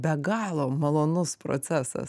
be galo malonus procesas